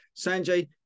Sanjay